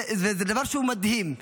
זה דבר שהוא מדהים.